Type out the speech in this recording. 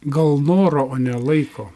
gal noro o ne laiko